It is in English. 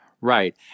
Right